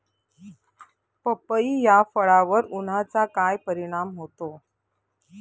पपई या फळावर उन्हाचा काय परिणाम होतो?